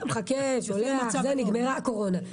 עד שהוא מחכה ושולח והאישור מתקבל כבר נגמרה הקורונה.